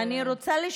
אני רוצה לשמוע את זה.